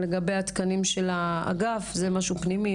לגבי התקנים של האגף זה משהו פנימי,